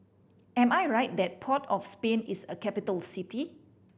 am I right that Port of Spain is a capital city